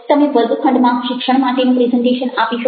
તમે વર્ગખંડમાં શિક્ષણ માટેનું પ્રેઝન્ટેશન આપી શકો